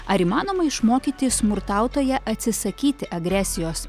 ar įmanoma išmokyti smurtautoją atsisakyti agresijos